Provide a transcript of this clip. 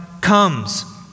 comes